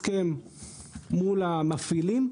הסכם מול המפעילים.